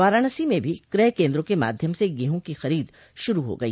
वाराणसी में भी क्रय केन्द्रों के माध्यम से गहूँ की खरीद शुरू हो गई